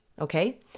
okay